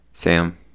Sam